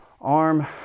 arm